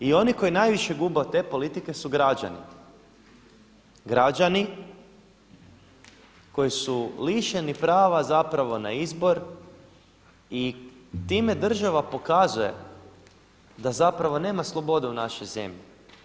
I oni koji najviše gube od te politike su građani, građani koji su lišeni prava zapravo na izbor i time država pokazuje da zapravo nema slobode u našoj zemlji.